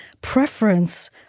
preference